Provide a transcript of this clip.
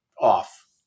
off